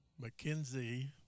Mackenzie